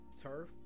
turf